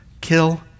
kill